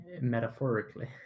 metaphorically